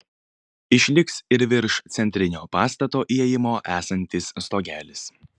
išliks ir virš centrinio pastato įėjimo esantis stogelis